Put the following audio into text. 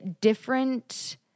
different